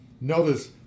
Notice